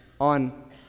on